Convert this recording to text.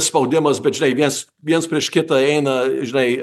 spaudimas bet žinai viens viens prieš kitą eina žinai